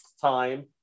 time